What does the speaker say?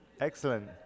Excellent